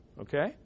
Okay